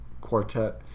quartet